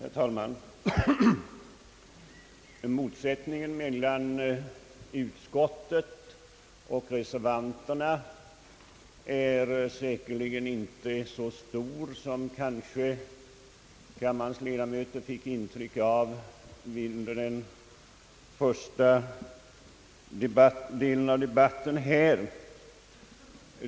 Herr talman! Motsättningen mellan utskott och reservanter är säkerligen inte så stor som kammarens ledamöter kanske fick intryck av under första delen av debatten här.